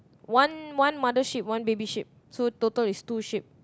one one mother ship one baby ship so total is two ship